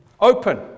Open